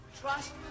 Trust